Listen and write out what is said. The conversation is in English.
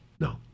No